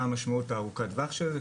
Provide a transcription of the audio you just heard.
מה המשמעות ארוכת הטווח של זה.